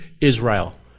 Israel